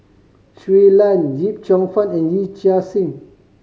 Shui Lan Yip Cheong Fun and Yee Chia Hsing